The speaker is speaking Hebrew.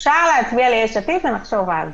אפשר להצביע ליש עתיד, ונחשוב הלאה.